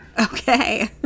okay